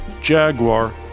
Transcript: Jaguar